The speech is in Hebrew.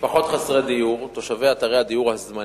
משפחות חסרי דיור, תושבי אתרי הדיור הזמני,